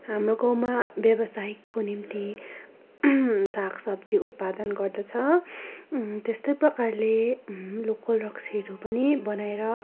हाम्रो गाउँमा व्यावसायिकको निम्ति सागसब्जी उत्पादन गर्दछ त्यस्तै प्रकारले लोकल रक्सीहरू पनि बनाएर